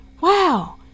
wow